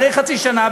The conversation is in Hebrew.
אחרי חצי שנה,